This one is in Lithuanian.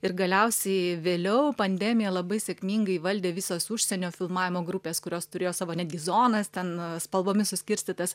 ir galiausiai vėliau pandemija labai sėkmingai valdė visos užsienio filmavimo grupės kurios turėjo savo netgi zonas ten spalvomis suskirstytas